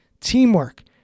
teamwork